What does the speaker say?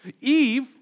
Eve